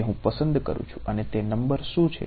જે હું પસંદ કરું છું અને તે નંબર શું છે